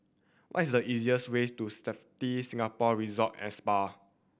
what is the easiest way to Sofitel Singapore Resort and Spa